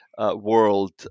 world